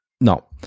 no